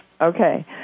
Okay